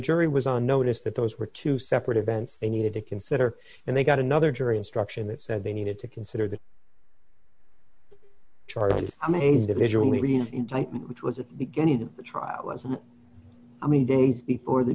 jury was on notice that those were two separate events they needed to consider and they got another jury instruction that said they needed to consider the charlie was amazed that visually it was at the beginning of the trial i mean days before the